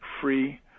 free